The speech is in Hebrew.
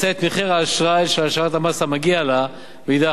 האשראי של השארת המס המגיע לה מידי החברות.